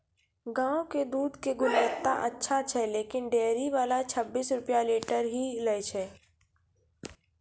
गांव के दूध के गुणवत्ता अच्छा छै लेकिन डेयरी वाला छब्बीस रुपिया लीटर ही लेय छै?